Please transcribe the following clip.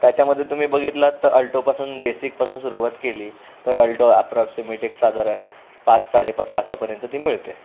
त्याच्यामध्ये तुम्ही बघितलात त अल्टोपासून बेसिकपासून सुरवात केली तर अल्टो अप्रॉक्सिमेट एक साधारण पाच साडेपाच लाखापर्यंत ती मिळते